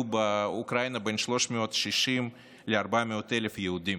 באוקראינה בין 360,000 ל-400,000 יהודים,